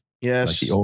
Yes